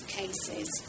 cases